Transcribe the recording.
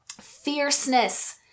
fierceness